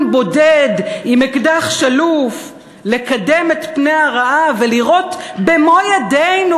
בודד עם אקדח שלוף לקדם את פני הרעה ולירות במו-ידינו,